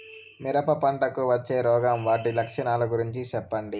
మిరప పంటకు వచ్చే రోగం వాటి లక్షణాలు గురించి చెప్పండి?